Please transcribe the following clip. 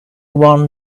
one